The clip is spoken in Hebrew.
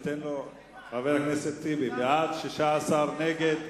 חבר הכנסת טיבי, בעד, 16, נגד,